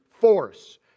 force